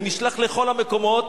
ונשלח לכל המקומות: